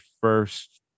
first